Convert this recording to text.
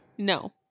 no